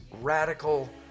radical